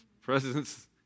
presence